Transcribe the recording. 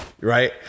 Right